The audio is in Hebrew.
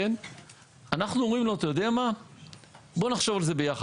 אנחנו אמרנו לו שנחשוב על זה ביחד,